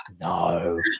no